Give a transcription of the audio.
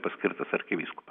naujai paskirtas arkivyskupas